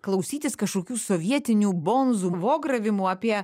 klausytis kažkokių sovietinių bonzų vogravimų apie